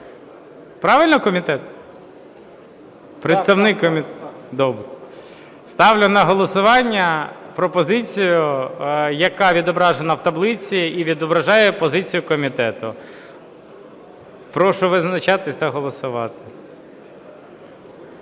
Правильно, комітет, представник комітету? Добре. Ставлю на голосування пропозицію, яка відображена в таблиці і відображає позицію комітету. Прошу визначатись та голосувати.